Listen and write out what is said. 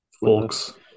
Folks